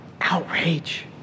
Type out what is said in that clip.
Outrage